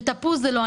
ותפוז זה לא.